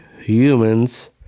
humans